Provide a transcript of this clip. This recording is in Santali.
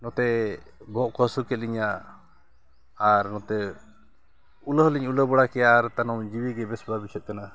ᱱᱚᱛᱮ ᱵᱚᱦᱚᱜ ᱠᱚ ᱦᱟᱹᱥᱩ ᱠᱮᱫ ᱞᱤᱧᱟᱹ ᱟᱨ ᱱᱚᱛᱮ ᱩᱞᱟᱹ ᱦᱚᱸᱞᱤᱧ ᱩᱞᱟᱹ ᱵᱟᱲᱟ ᱠᱮᱜᱼᱟ ᱟᱨ ᱛᱟᱭᱱᱚᱢ ᱡᱤᱣᱤᱜᱮ ᱵᱮᱥ ᱵᱟᱭ ᱵᱩᱡᱷᱟᱹᱜ ᱠᱟᱱᱟ